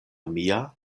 mia